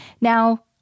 Now